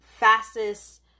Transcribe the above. fastest